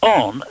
on